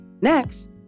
Next